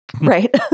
right